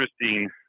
interesting